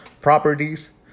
properties